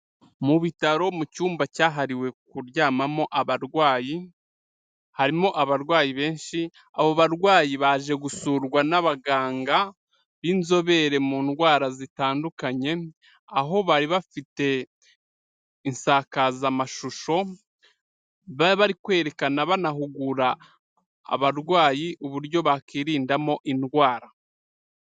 Mu bitaro mu cyumba cyahariwe kuryamamo abarwayi, harimo abarwayi benshi, abo barwayi baje gusurwa n'abaganga b'inzobere mu ndwara zitandukanye, aho bari bafite insakazamashusho, bari bari kwerekana banahugura abarwayi uburyo bakirindamo indwara.